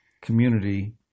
community